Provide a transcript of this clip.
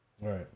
right